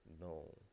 No